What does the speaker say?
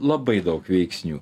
labai daug veiksnių